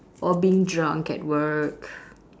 or being drunk at work